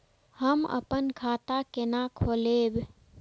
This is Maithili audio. हम अपन खाता केना खोलैब?